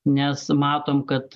nes matom kad